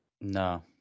No